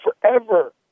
forever